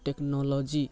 technology